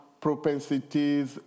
propensities